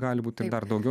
gali būt ir dar daugiau